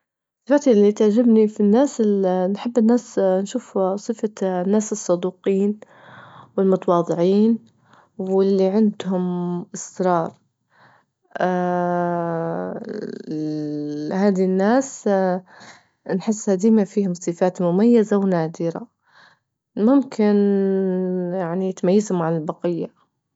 الصفات اللي تعجبني في الناس نحب الناس نشوف صفة الناس الصدوقين والمتواضعين واللي عندهم إصرار ل- هذي الناس نحسها ديما فيهم صفات مميزة ونادرة، ممكن يعني تميزهم عن البقية.